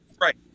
Right